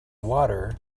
water